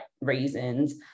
reasons